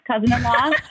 cousin-in-law